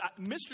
Mr